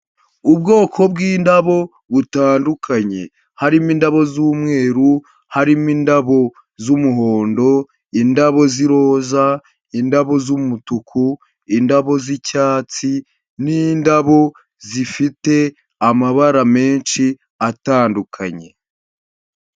Ubwoko bw'indabo butandukanye, harimo indabo z'umweru, harimo indabo z'umuhondo, indabo z'iroza, indabo z'umutuku, indabo z'icyatsi n'indabo zifite amabara menshi atandukanye.